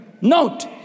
Note